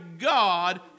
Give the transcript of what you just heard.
God